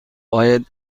باید